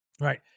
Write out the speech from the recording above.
Right